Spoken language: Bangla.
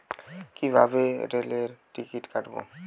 কিভাবে রেলের টিকিট কাটব?